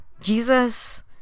Jesus